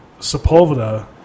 Sepulveda